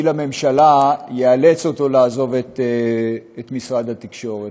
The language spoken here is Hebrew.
לממשלה יאלץ אותו לעזוב את משרד התקשורת.